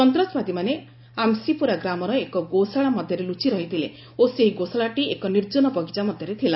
ସନ୍ତାସବାଦୀମାନେ ଆମଶିପୋରା ଗ୍ରାମର ଏକ ଗୋଶାଳା ମଧ୍ୟରେ ଲୁଚି ରହିଥିଲେ ଓ ସେହି ଗୋଶାଳାଟି ଏକ ନିର୍ଜନ ବଗିଚା ମଧ୍ୟରେ ଥିଲା